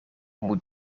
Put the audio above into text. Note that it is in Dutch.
moet